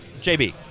JB